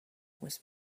was